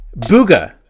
Booga